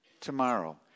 tomorrow